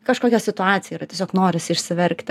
kažkokia situacija yra tiesiog norisi išsiverkti